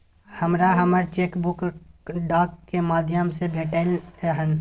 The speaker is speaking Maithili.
हमरा हमर चेक बुक डाक के माध्यम से भेटलय हन